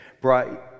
brought